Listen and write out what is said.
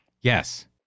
Yes